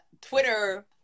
Twitter